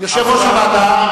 יושב-ראש הוועדה,